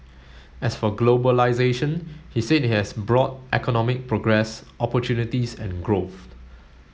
as for globalisation he said it has brought economic progress opportunities and growth